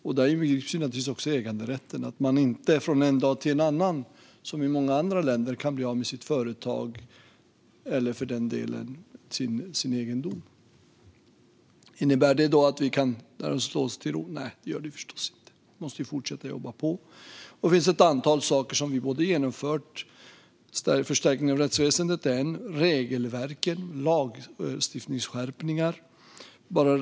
Där inbegrips naturligtvis också äganderätten; i Sverige kan man inte som i många andra länder bli av med sitt företag eller för den delen sin egendom från en dag till en annan. Innebär det då att vi kan slå oss till ro? Nej, det gör det förstås inte. Vi måste fortsätta att jobba på. Men det finns också ett antal saker som vi genomfört. Vi har förstärkt rättsväsendet och regelverken och gjort lagstiftningsskärpningar.